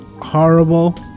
horrible